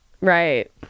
Right